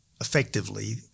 effectively